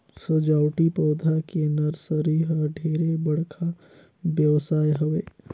सजावटी पउधा के नरसरी ह ढेरे बड़का बेवसाय हवे